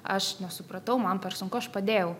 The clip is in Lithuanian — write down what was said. aš nesupratau man per sunku aš padėjau